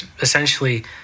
essentially